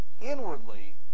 inwardly